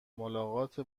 ملاقات